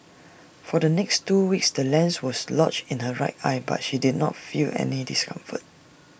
for the next two weeks the lens was lodged in her right eye but she did not feel any discomfort